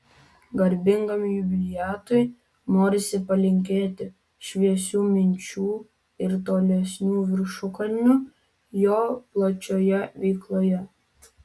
garbingam jubiliatui norisi palinkėti šviesių minčių ir tolesnių viršukalnių jo plačioje veikloje